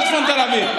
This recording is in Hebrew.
בצפון תל אביב.